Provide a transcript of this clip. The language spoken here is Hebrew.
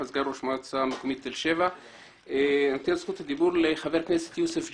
זכות הדיבור לחבר הכנסת יוסף ג'בארין.